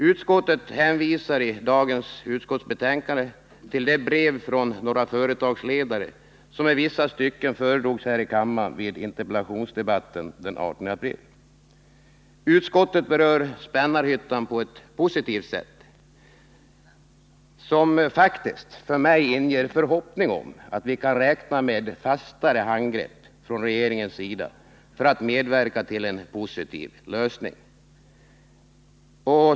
Utskottet hänvisar i dagens betänkande till det brev från några företagsledare som i vissa stycken föredrogs här i kammaren vid interpellationsdebatten den 18 april. Utskottet berör Spännarhyttan på ett positivt sätt, som faktiskt för mig inger en förhoppning om att vi kan räkna med fastare handgrepp från regeringens sida för att medverka till en positiv lösning.